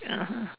(uh huh)